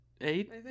eight